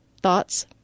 Thoughts